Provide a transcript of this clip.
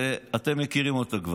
ואתם כבר מכירים אותה.